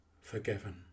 forgiven